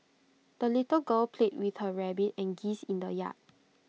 the little girl played with her rabbit and geese in the yard